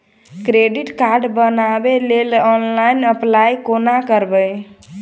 Credit card बनाबै लेल online apply कोना करबै?